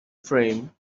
frame